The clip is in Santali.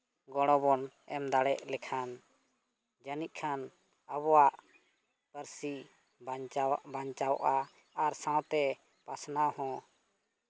ᱜᱚᱲᱚ ᱵᱚᱱ ᱮᱢ ᱫᱟᱲᱮᱜ ᱞᱮᱠᱷᱟᱱ ᱡᱟᱹᱱᱤᱡ ᱠᱷᱟᱱ ᱟᱵᱚᱣᱟᱜ ᱯᱟᱹᱨᱥᱤ ᱵᱟᱧᱪᱟᱣᱚᱜᱼᱟ ᱟᱨ ᱥᱟᱶᱛᱮ ᱯᱟᱥᱱᱟᱣ ᱦᱚᱸ